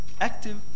Active